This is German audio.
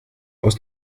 aus